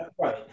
Right